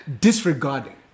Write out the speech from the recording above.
disregarding